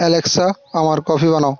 Alexa আমার coffee বানাও